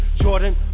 Jordan